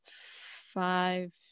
five